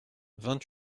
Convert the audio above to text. vingt